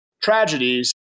tragedies